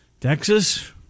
Texas